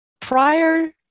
Prior